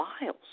miles